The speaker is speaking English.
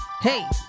hey